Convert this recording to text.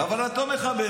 אבל את לא מכבדת.